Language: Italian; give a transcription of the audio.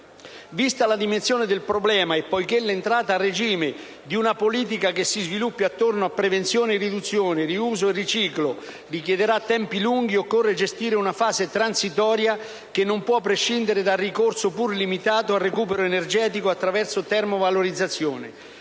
Vista la dimensione del problema e poiché l'entrata a regime di una politica che si sviluppi attorno a prevenzione-riduzione, riuso e riciclo richiederà tempi lunghi, occorre gestire una fase transitoria che non può prescindere dal ricorso, pur limitato, al recupero energetico attraverso termovalorizzazione.